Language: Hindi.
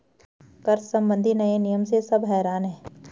कर संबंधी नए नियम से सब हैरान हैं